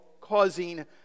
causing